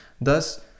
Thus